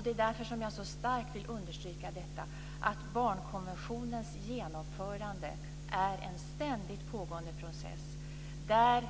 Det är därför jag så starkt vill understryka detta: Barnkonventionens genomförande är en ständigt pågående process, där